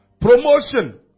Promotion